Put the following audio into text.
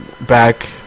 back